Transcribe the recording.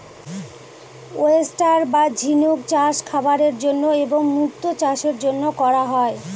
oyster বা ঝিনুক চাষ খাবারের জন্য এবং মুক্তো চাষের জন্য করা হয়